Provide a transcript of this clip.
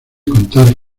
contar